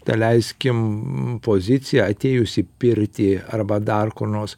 daleiskim poziciją atėjus į pirtį arba dar kur nors